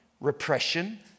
repression